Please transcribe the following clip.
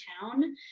town